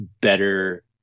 better